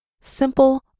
simple